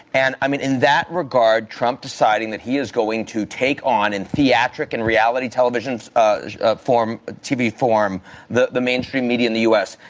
and, i mean, in that regard, trump deciding that he is going to take on in theatric and reality television ah ah form tv form the the mainstream media in the u. s.